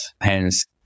hence